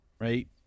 right